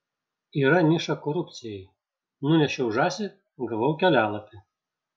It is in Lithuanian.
yra niša korupcijai nunešiau žąsį gavau kelialapį